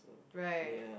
right